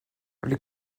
les